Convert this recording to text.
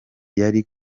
yari